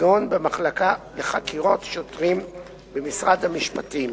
כגון במחלקה לחקירות שוטרים במשרד המשפטים.